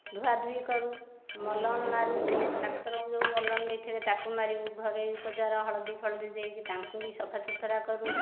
ଧୁଆ ଧୋଇ କରୁ ମଲମ ମାରୁ ଡାକ୍ତର ଯେଉଁ ମଲମ ଦେଇଥିବେ ତାକୁ ମାରିବୁ ଘରୋଇ ଉପଚାର ହଳଦୀ ଫଳଦି ଦେଇକି ତାଙ୍କୁ ବି ସଫା ସୁତୁରା କରୁ